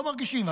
לא מרגישים.